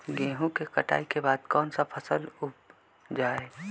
गेंहू के कटाई के बाद कौन सा फसल उप जाए?